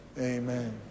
Amen